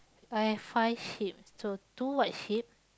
I have five sheep so two white sheep